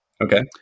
Okay